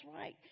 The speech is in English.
right